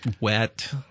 Wet